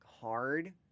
hard